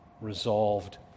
resolved